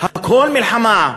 הכול מלחמה.